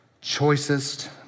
choicest